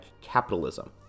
Capitalism